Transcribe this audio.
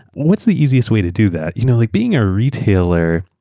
what's the easiest way to do that? you know like being a retailer,